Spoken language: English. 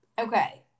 Okay